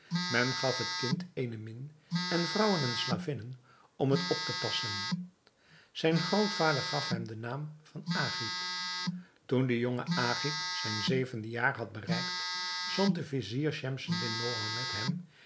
men gaf het kind eene min en vrouwen en slavinnen om het op te passen zijn grootvader gaf hem den naam van agib toen de jonge agib zijn zevende jaar had bereikt zond de vizier schemseddin mohammed hem